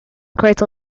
crater